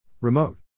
Remote